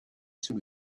sous